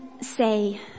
say